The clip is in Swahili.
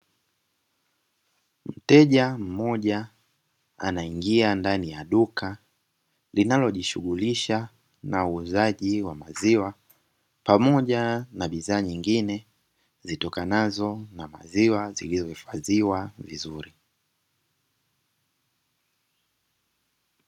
Mteja mmoja anaingia ndani ya duka, linalojishughulisha na uuzaji wa maziwa pamoja na bidhaa nyingine zitokanazo na maziwa ziliyohifadhiwa vizuri.